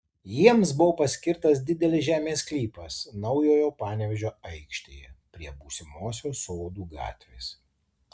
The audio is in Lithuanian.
jiems buvo paskirtas didelis žemės sklypas naujojo panevėžio aikštėje prie būsimosios sodų gatvės